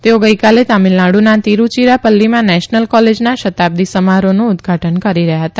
તેઓ ગઇકાલે તામિલનાડુના તિરુચિરાપલ્લીમાં નેશનલ કોલે ના શતાબ્દી સમારોહનું ઉદ્વાટન કરી રહ્યા હતા